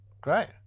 Great